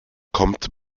kommt